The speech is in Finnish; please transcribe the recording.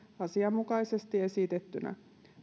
asianmukaisesti esitettynä